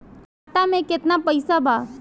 खाता में केतना पइसा बा?